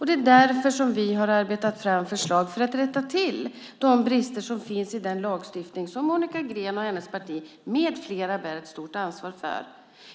Det är därför vi har arbetat fram förslag för att rätta till de brister som finns i den lagstiftning som Monica Green och hennes parti med flera bär ett stort ansvar för.